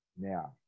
now